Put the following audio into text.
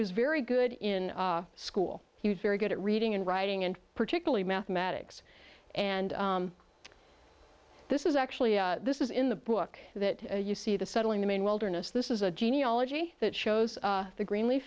was very good in school he was very good at reading and writing and particularly mathematics and this is actually this is in the book that you see the settling the main wilderness this is a genealogy that shows the greenle